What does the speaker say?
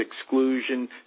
exclusion